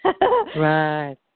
Right